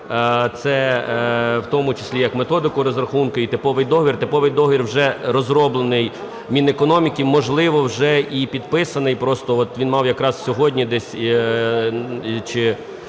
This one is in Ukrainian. це в тому числі як методику розрахунків і типовий договір. Типовий договір вже розроблений Мінекономікою, можливо, вже і підписаний, просто от він мав якраз сьогодні десь